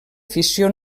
fissió